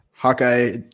Hawkeye